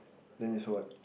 then is what